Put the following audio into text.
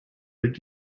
did